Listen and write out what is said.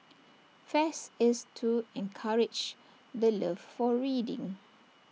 fest is to encourage the love for reading